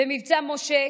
במבצע משה,